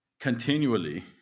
continually